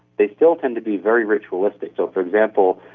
they still tend to be very ritualistic. so, for example,